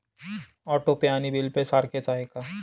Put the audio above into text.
Auto pay आणि bill pay सारखेच आहे का?